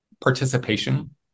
participation